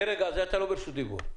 מרגע זה אתה לא ברשות דיבור.